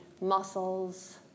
muscles